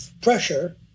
pressure